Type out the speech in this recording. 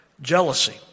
jealousy